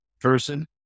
person